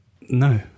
No